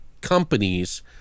companies